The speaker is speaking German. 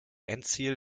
endziel